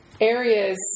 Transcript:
areas